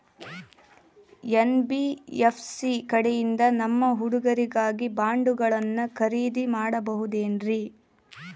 NBFC ಕಡೆಯಿಂದ ನಮ್ಮ ಹುಡುಗರಿಗಾಗಿ ಬಾಂಡುಗಳನ್ನ ಖರೇದಿ ಮಾಡಬಹುದೇನ್ರಿ?